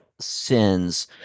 sins